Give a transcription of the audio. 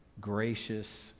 gracious